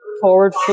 forward